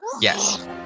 Yes